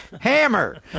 hammer